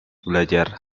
belajar